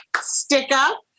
Stick-up